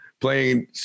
playing